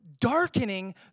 darkening